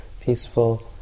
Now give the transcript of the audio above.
peaceful